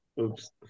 Oops